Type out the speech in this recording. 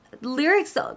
lyrics